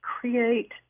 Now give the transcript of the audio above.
create